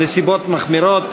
נסיבות מחמירות),